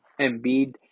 Embiid